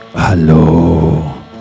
Hello